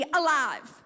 alive